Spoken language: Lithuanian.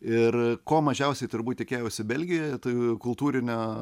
ir ko mažiausiai turbūt tikėjausi belgijoje tai kultūrinio